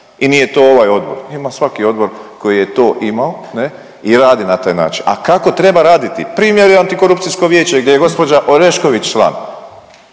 i nije to ovaj odbor, ima svaki odbor koji je to imao, ne, i radi na taj način. A kako treba raditi, primjer je Antikorupcijsko vijeće gdje je gđa Orešković član.